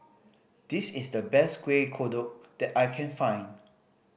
this is the best Kueh Kodok that I can find